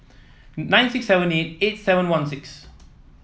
nine six seven eight eight seven one six